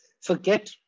forget